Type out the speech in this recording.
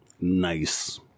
Nice